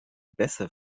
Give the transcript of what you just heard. bässe